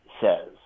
says